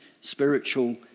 spiritual